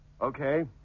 Okay